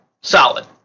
solid